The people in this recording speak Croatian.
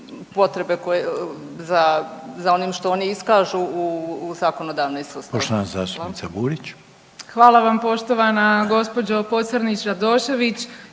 koje, za onim što oni iskažu u zakonodavni sustav.